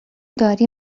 داری